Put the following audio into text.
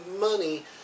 money